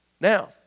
Now